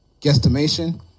guesstimation